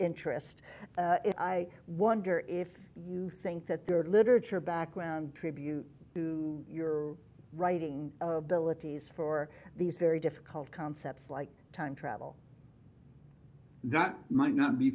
interest i wonder if you think that there are literature background tribute to your writing abilities for these very difficult concepts like time travel not might not be